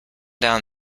down